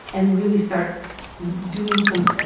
and really start doing some.